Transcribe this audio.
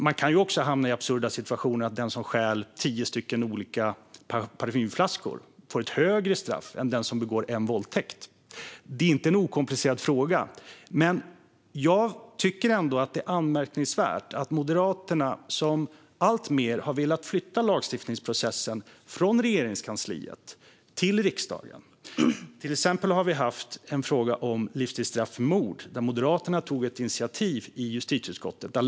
Man kan ju också hamna i absurda situationer som att den som stjäl tio olika parfymflaskor får ett hårdare straff än den som begår en våldtäkt. Detta är inte en okomplicerad fråga. Jag tycker ändå att det är anmärkningsvärt. Moderaterna har alltmer velat flytta lagstiftningsprocessen från Regeringskansliet till riksdagen. Till exempel tog Moderaterna i frågan om livstidsstraff för mord ett initiativ i justitieutskottet.